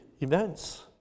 events